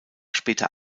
später